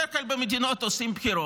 בדרך כלל במדינות עושים בחירות,